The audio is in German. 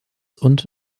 und